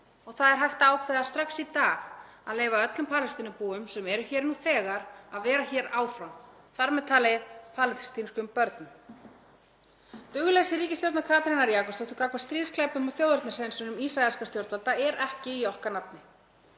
og það er hægt að ákveða strax í dag að leyfa öllum Palestínubúum sem eru hér nú þegar að vera hér áfram, þar með talið palestínskum börnum. Dugleysi ríkisstjórnar Katrínar Jakobsdóttur gagnvart stríðsglæpum og þjóðernishreinsunum ísraelskra stjórnvalda er ekki í okkar nafni.